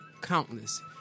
Countless